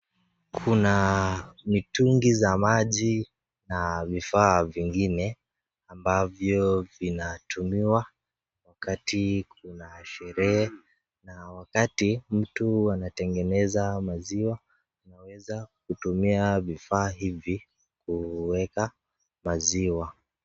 Kuna mitungi za maji na vifaa vingine, ambavyo vinatumiwa wakati kuna sherehe, na wakati mtu anatengeneza maziwa, unaweza kutumia vifaa hivi, kuweka maziwa.